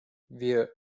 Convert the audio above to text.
wir